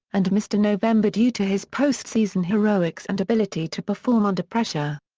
and mr. november due to his postseason heroics and ability to perform under pressure.